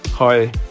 Hi